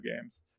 games